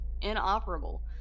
inoperable